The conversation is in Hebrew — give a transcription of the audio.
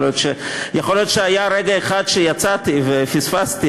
יכול להיות שהיה רגע אחד שיצאתי ופספסתי,